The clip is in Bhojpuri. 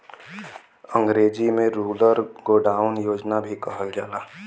अंग्रेजी में रूरल गोडाउन योजना भी कहल जाला